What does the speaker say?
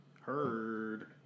heard